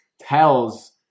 tells